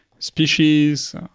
species